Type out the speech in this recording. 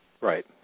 Right